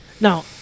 Now